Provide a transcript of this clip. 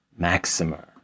Maximer